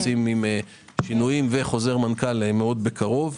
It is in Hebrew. יוצאים בשינויים וחוזר מנכ"ל מאוד בקרוב.